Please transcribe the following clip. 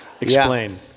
Explain